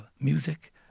music